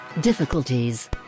Difficulties